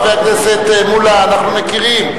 הכנסת מולה, אנחנו מכירים.